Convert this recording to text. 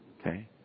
Okay